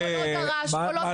מה